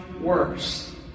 worse